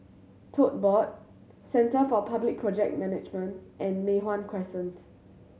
Tote Board Centre for Public Project Management and Mei Hwan Crescent